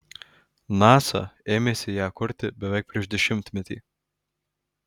nasa ėmėsi ją kurti beveik prieš dešimtmetį